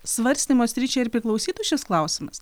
svarstymo sričiai ir priklausytų šis klausimas